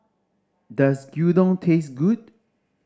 does Gyudon taste good